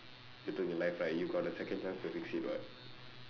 decisions you took in life right you got a second chance to fix it [what]